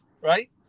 right